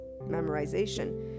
memorization